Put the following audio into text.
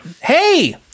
Hey